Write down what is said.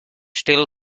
still